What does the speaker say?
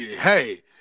hey